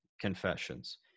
confessions